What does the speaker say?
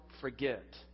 forget